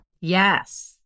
yes